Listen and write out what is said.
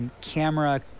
camera